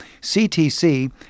Ctc